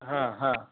હાહા